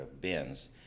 bins